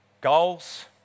Goals